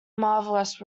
marvelous